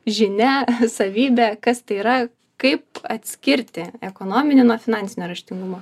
žinia savybė kas tai yra kaip atskirti ekonominį nuo finansinio raštingumo